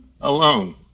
Alone